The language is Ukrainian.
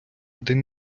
день